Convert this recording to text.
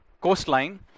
coastline